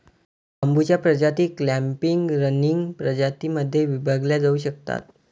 बांबूच्या प्रजाती clumping, running प्रजातीं मध्ये विभागल्या जाऊ शकतात